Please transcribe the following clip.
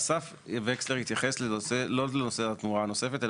אסף וקסלר התייחס לא לנושא התמורה הנוספת.